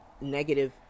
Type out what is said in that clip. negative